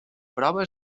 prova